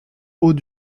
haut